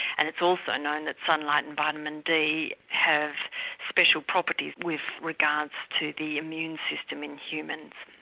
and it's also known that sunlight and vitamin d have special properties with regards to the immune system in humans.